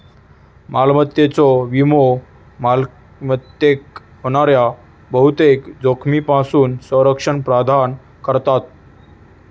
मालमत्तेचो विमो मालमत्तेक होणाऱ्या बहुतेक जोखमींपासून संरक्षण प्रदान करता